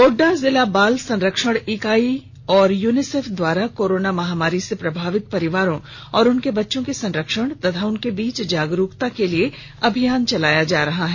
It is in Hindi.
गोड्डा जिला बाल संरक्षण इकाई एवं यूनिसेफ द्वारा कोरोना महामारी में प्रभावित परिवारों और उनके बच्चों के संरक्षण और उनके बीच जागरूकता के लिए अभियान चलाया जा रहा है